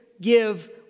give